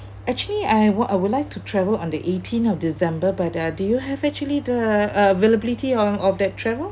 actually I would I would like to travel on the eighteen of december but uh do you have actually the availability of of that travel